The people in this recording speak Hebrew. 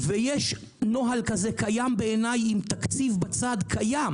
ויש נוהל כזה קיים בעיניי עם תקציב בצד קיים